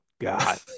God